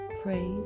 praise